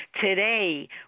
Today